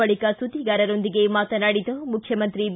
ಬಳಕ ಸುದ್ದಿಗಾರರೊಂದಿಗೆ ಮಾತನಾಡಿದ ಮುಖ್ಯಮಂತ್ರಿ ಬಿ